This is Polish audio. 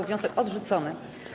Wniosek odrzucony.